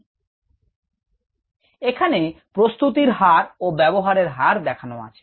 𝒓𝒄𝑬𝑺 𝒌𝟐 𝑬𝑺 𝑽 𝒌𝟑 𝑬𝑺 𝑽 এখানে প্রস্তুতির হার ও ব্যবহারের হার দেখানো আছে